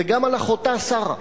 וגם על אחותה שרה.